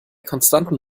konstanten